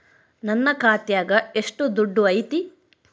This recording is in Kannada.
ನನ್ನ ಖಾತ್ಯಾಗ ಎಷ್ಟು ದುಡ್ಡು ಐತಿ?